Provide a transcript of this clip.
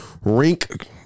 rink